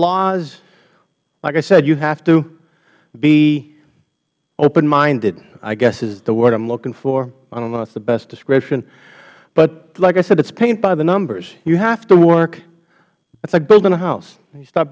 laws like i said you have to be openminded i guess is the word i'm looking for i don't know if that's the best description but like i said it's paint by the numbers you have to workh it's like building a house you start